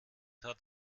hat